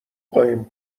قایم